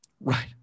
Right